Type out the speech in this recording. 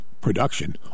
production